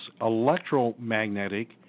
electromagnetic